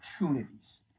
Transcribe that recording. opportunities